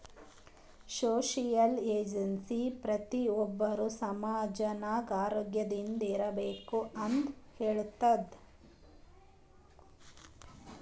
social agency ಪ್ರತಿ ಒಬ್ಬರು ಸಮಾಜ ನಾಗ್ ಆರೋಗ್ಯದಿಂದ್ ಇರ್ಬೇಕ ಅಂತ್ ಹೇಳ್ತುದ್